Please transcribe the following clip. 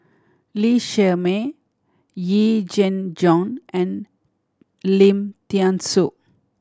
Lee Shermay Yee Jenn Jong and Lim Thean Soo